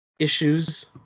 Issues